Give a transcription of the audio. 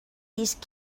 these